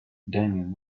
damien